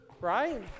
right